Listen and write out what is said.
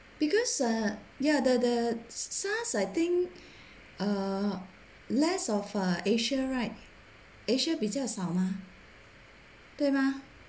because uh ya the the SARS I think uh less of uh Asia right issue 比较少嘛对吗